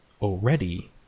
already